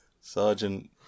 Sergeant